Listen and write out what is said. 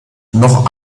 noch